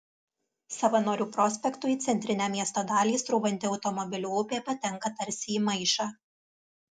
savanorių prospektu į centrinę miesto dalį srūvanti automobilių upė patenka tarsi į maišą